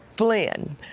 flynn,